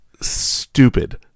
stupid